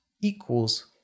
equals